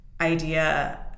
idea